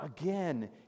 again